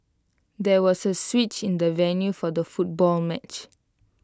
there was A switch in the venue for the football match